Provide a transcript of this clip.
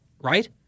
right